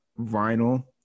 vinyl